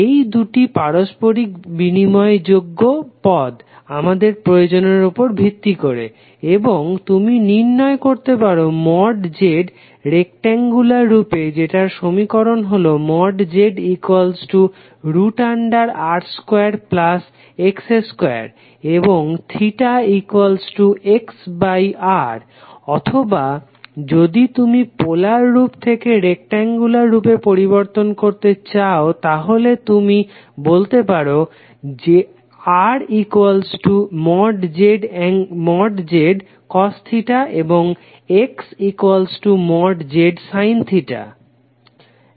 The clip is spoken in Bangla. এই দুটি পারস্পরিক বিনিময় যোগ্য আমাদের প্রয়োজনের উপর ভিত্তি করে এবং তুমি নির্ণয় করতে পারো Z রেক্টেংগুলার রূপে যেটার সমীকরণ হলো ZR2X2 এবং θXR অথবা যদি তুমি পোলার রূপ থেকে রেক্টেংগুলার রূপে পরিবর্তন করতে চাও তাহলে তুমি বলতে পারো Zcos θ এবং XZsin θ